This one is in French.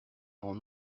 grand